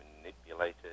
manipulated